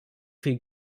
viel